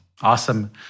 Awesome